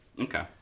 okay